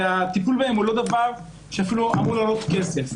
והטיפול בהם הוא לא דבר שאמור לעלות כסף אפילו.